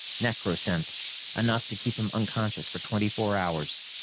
necrosynth enough to keep him unconscious for twenty-four hours.